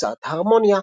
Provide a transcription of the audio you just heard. הוצאת הרמוניה,